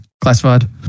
Classified